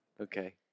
Okay